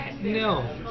no